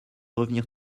revenir